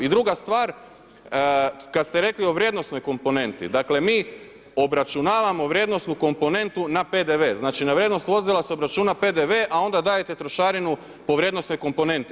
I druga stvar, kad ste rekli o vrijednosnoj komponenti, dakle mi obračunavamo vrijednosnu komponentu na PDV, znači na vrijednost vozila se obračuna PDV a onda dajete trošarinu po vrijednosnoj komponenti.